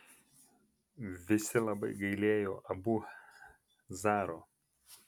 visi labai gailėjo abu zaro